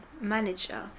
manager